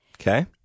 Okay